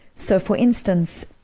so for instance,